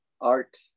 art